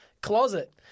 Closet